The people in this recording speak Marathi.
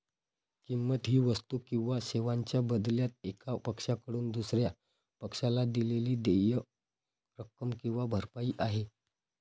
किंमत ही वस्तू किंवा सेवांच्या बदल्यात एका पक्षाकडून दुसर्या पक्षाला दिलेली देय रक्कम किंवा भरपाई आहे